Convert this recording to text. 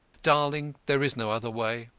darling, there is no other way.